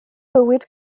bywyd